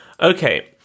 Okay